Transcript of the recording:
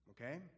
okay